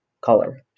color